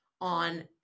on